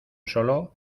solo